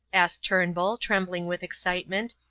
asked turnbull, trembling with excitement,